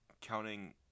counting